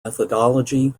methodology